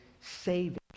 saving